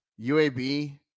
UAB